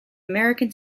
american